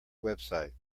website